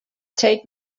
take